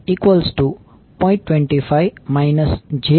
25 j2